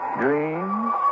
dreams